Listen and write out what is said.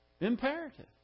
imperative